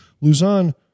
Luzon